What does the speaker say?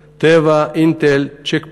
"טבע", "אינטל", "צ'ק פוינט"